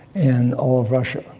and all of russia.